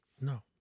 No